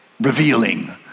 revealing